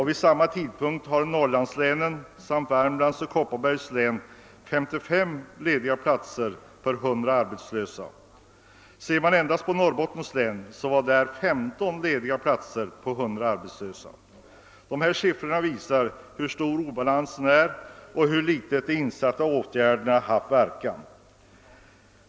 Vid samma tidpunkt hade Norrlandslänen samt Värmlands och Kopparbergs län 55 lediga platser per 100 arbetslösa. Inom Norrbottens län fanns endast 15 lediga platser per 100 arbetslösa. Dessa siffror visar hur stor obalansen är och hur liten verkan de insatta åtgärderna haft.